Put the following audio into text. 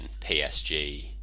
PSG